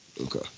Okay